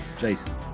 Jason